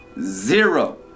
zero